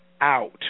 out